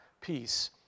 peace